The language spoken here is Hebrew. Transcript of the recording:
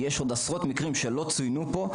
אלא עשרות מקרים נוספים שלא צוינו פה.